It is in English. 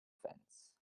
fence